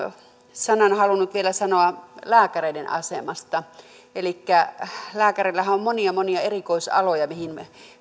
sanan halunnut vielä sanoa lääkäreiden asemasta elikkä lääkärillähän on monia monia erikoisaloja mihin